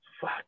fuck